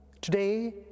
Today